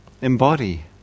embody